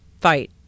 fight